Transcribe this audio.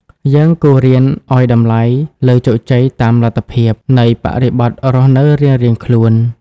យើងគួររៀនឱ្យតម្លៃលើ "ជោគជ័យតាមលទ្ធភាព" នៃបរិបទរស់នៅរៀងៗខ្លួន។